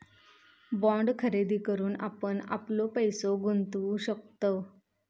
bond खरेदी करून आपण आपलो पैसो गुंतवु शकतव